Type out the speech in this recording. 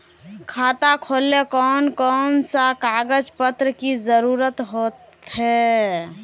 खाता खोलेले कौन कौन सा कागज पत्र की जरूरत होते?